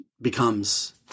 becomes